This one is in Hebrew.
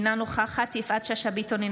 אינה נוכחת יפעת שאשא ביטון,